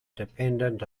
dependent